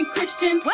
Christian